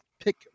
pick